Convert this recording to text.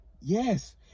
Yes